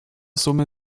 summe